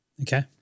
Okay